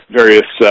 various